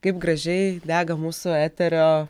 kaip gražiai dega mūsų eterio